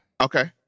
Okay